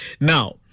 Now